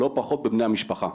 לא פחות בבני המשפחה.